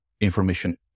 information